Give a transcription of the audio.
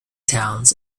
towns